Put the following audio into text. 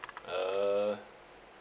uh